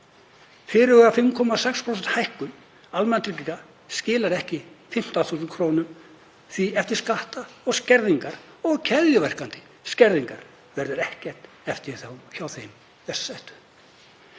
Fyrirhuguð 5,6% hækkun almannatrygginga skilar ekki 15.000 kr. því að eftir skatta og skerðingar og keðjuverkandi skerðingar verður ekkert eftir hjá þeim verst settu.